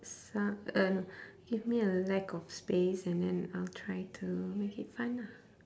so~ uh no give me a lack of space and then I'll try to make it fun ah